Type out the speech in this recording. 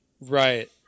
Right